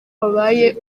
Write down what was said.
babaye